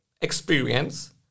experience